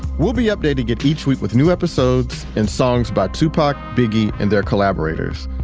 we'll be updating it each week with new episodes and songs by tupac, biggie and their collaborators.